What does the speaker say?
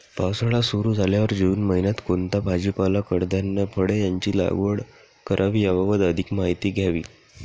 पावसाळा सुरु झाल्यावर जून महिन्यात कोणता भाजीपाला, कडधान्य, फळे यांची लागवड करावी याबाबत अधिक माहिती द्यावी?